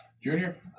Junior